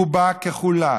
רובה ככולה,